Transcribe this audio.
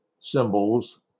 symbols